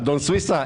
אדון סויסא,